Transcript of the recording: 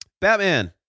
Batman